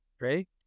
right